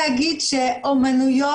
לי קוראים אורנה יוסף,